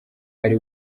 ari